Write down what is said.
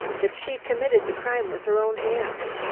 that she committed the crime with her own hands.